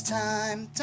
time